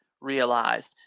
realized